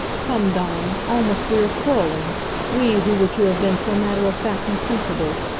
come, dawn, almost we are quarreling we who were to have been so matter-of-fact and sensible.